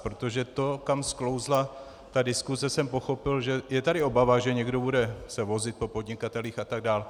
Protože to, kam sklouzla diskuse, jsem pochopil, že je tady obava, že se někdo bude vozit po podnikatelích a tak dál.